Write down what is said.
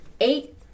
eight